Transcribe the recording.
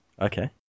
Okay